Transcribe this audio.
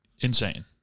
insane